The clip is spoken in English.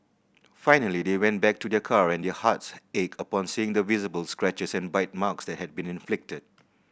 finally they went back to their car and their hearts ached upon seeing the visible scratches and bite marks that had been inflicted